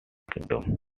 kingdom